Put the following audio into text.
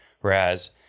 Whereas